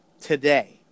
today